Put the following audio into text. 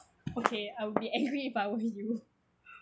okay I'll be angry if I were you